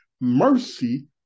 mercy